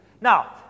Now